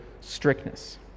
strictness